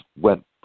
went